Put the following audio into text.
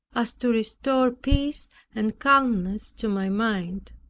as to restore peace and calmness to my mind.